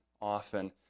often